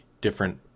different